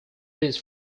this